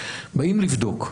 באים לבדוק,